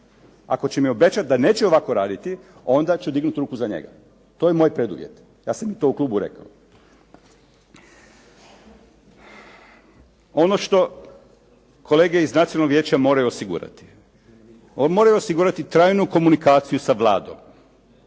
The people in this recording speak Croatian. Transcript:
Ako će mi obećati da neće ovako raditi onda ću dignut ruku za njega. To je moj preduvjet. Ja sam to i u klubu rekao. Ono što kolege iz Nacionalnog vijeća moraju osigurati, moraju osigurati trajnu komunikaciju sa Vladom,